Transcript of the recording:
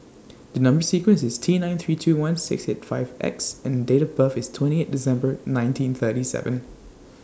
The Number sequence IS T nine three two one six eight five X and Date of birth IS twenty eight December nineteen thirty seven